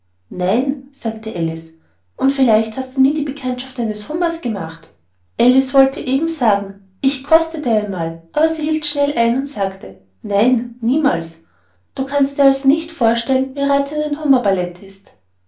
nein sagte alice und vielleicht hast du nie die bekanntschaft eines hummers gemacht alice wollte eben sagen ich kostete einmal aber sie hielt schnell ein und sagte nein niemals du kannst dir also nicht vorstellen wie reizend ein hummerballet ist